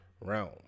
realm